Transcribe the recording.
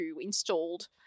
installed